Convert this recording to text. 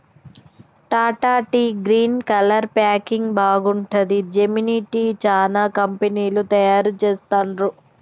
Tata tea green colour packing బాగుంటది, Gemini tea, చానా కంపెనీలు తయారు చెస్తాండ్లు